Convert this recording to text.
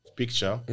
picture